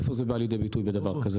איפה זה בא לידי ביטוי בדבר כזה?